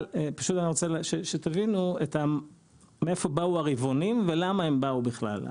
אני רוצה פשוט שתבינו מאיפה באו הרבעונים ולמה הם באו בכלל.